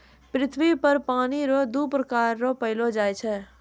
पृथ्वी पर पानी रो दु प्रकार रो पैलो जाय छै